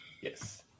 Yes